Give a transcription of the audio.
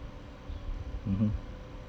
mmhmm